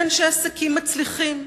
שני אנשי עסקים מצליחים,